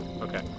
Okay